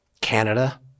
Canada